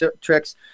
tricks